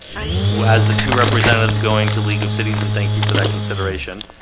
um well as the two representatives going to league of cities and thank you for that consideration